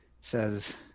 says